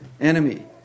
enemy